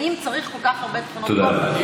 האם צריך כל כך הרבה תחנות גז תודה רבה.